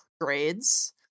grades